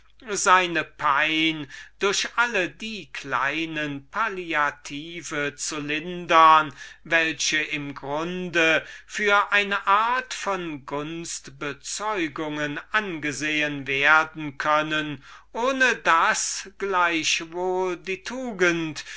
seine pein durch alle die kleinen palliative zu lindern welche im grunde für eine art von gunstbezeugungen angesehen werden können ohne daß gleichwohl die